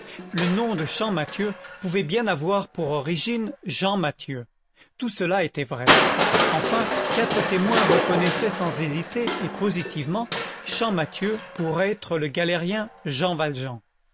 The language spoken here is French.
le nom de champmathieu pouvait bien avoir pour origine jean mathieu tout cela était vrai enfin quatre témoins reconnaissaient sans hésiter et positivement champmathieu pour être le galérien jean valjean